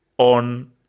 On